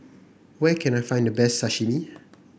where can I find the best Sashimi